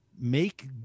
Make